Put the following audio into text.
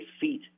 feet